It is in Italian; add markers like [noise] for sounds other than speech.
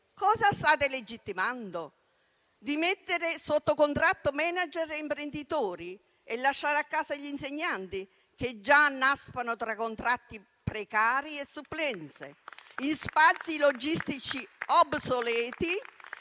state legittimando di mettere sotto contratto *manager* e imprenditori e lasciare a casa gli insegnanti, che già nascono tra contratti precari e supplenze, [applause] in spazi logistici obsoleti